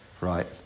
Right